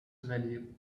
value